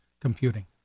computing